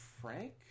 Frank